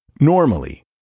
Normally